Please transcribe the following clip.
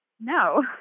No